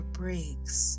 breaks